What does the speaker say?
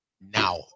now